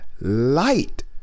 light